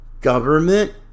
government